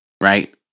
right